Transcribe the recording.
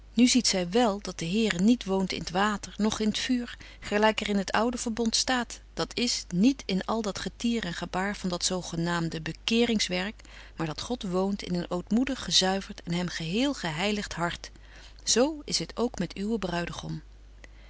nu ziet zy wél dat de here niet woont in t water noch in t vuur gelyk er in het oude verbond staat dat is niet in al dat getier en gebaar van dat zo genaamde bekérings werk maar dat god woont in een ootmoedig gezuivert en hem geheel gebetje wolff en aagje deken historie van mejuffrouw sara burgerhart heiligt hart zo is het ook met uwen bruidegom